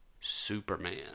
Superman